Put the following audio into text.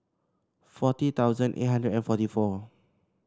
forty thousand eight hundred and forty four